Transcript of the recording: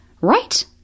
Right